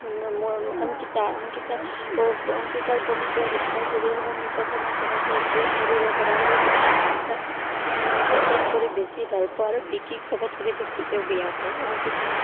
মই অংকিতা অংকিতাৰ অংকিতাৰ পৱিত্ৰ ৰিষ্টা ছিৰিয়েলখন প্ৰথমৰ পৰা চাইছিলোঁ সৰুৰে পৰা আৰু সেইকাৰণে অংকিতা মই চবত কৰি বেছি ভাল পাওঁ আৰু বিকিক চবত কৰি বেছিকেও বেয়া পাওঁ অংকিতা